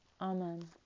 Amen